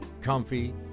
comfy